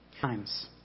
Times